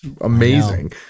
amazing